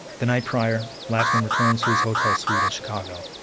the night prior, lachemann returns to his hotel suite in chicago.